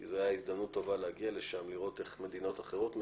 כי זו הייתה הזדמנות טובה להגיע לשם ולראות איך מדינות אחרות מציגות,